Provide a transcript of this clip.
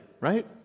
right